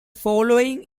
following